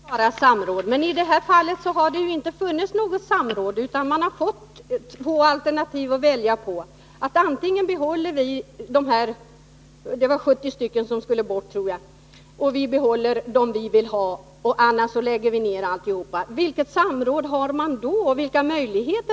Fru talman! Jag vet att det skall vara ett samråd, men i det här fallet har det inte funnits något samråd, utan man har fått två alternativ att välja på: antingen behåller vi dem vi vill ha kvar — och då skulle 70 personer bort, tror jageller också lägger vi ned hela verksamheten. Vad är det för samråd?